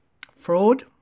fraud